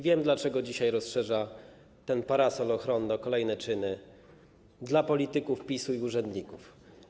Wiem, dlaczego dzisiaj rozszerza ten parasol ochronny dla kolejnych czynów polityków PiS-u i urzędników.